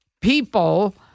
people